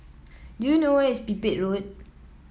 do you know where is Pipit Road